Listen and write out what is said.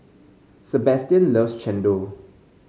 Sebastian loves chendol